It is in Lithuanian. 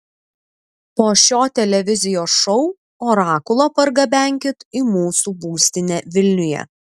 po šio televizijos šou orakulą pargabenkit į mūsų būstinę vilniuje